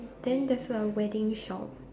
then there's a wedding shop